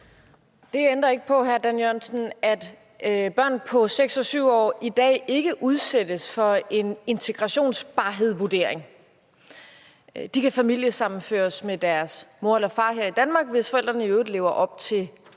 Det ændrer ikke på, at børn på 6 og 7 år i dag ikke udsættes for en integrationsvurdering. De kan familiesammenføres med deres mor eller far her i Danmark, hvis forældrene i øvrigt lever op til kravene.